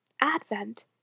Advent